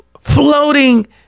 Floating